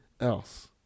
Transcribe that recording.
else